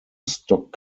stock